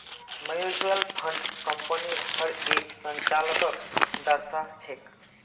mutual fund कम्पनीर हर एक संचालनक दर्शा छेक